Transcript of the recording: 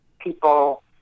people